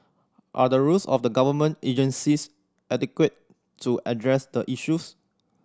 are the rules of the government agencies adequate to address the issues